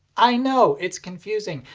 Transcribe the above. i know, it's confusing,